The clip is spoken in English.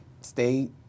stay